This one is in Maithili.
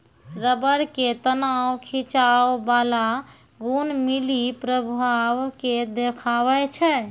रबर के तनाव खिंचाव बाला गुण मुलीं प्रभाव के देखाबै छै